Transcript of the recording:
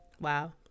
Wow